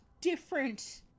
different